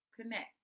connect